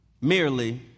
merely